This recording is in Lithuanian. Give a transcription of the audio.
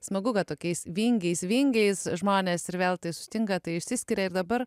smagu kad tokiais vingiais vingiais žmonės ir veltui susitinka tai išsiskiria ir dabar